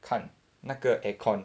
看那个 air con